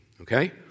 Okay